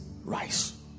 rise